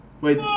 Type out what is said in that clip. wait